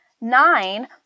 nine